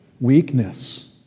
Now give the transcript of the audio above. weakness